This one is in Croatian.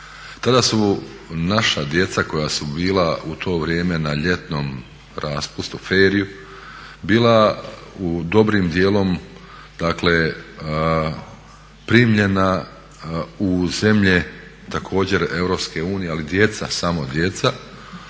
Tada su naša djeca koja su bila u to vrijeme na ljetnom raspustu, ferju, bila dobrim dijelom dakle primljena u zemlje također Europske unije, ali djeca, samo djeca